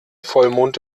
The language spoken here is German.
vollmond